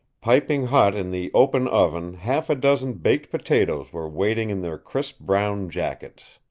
piping hot in the open oven half a dozen baked potatoes were waiting in their crisp brown jackets.